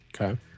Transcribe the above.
Okay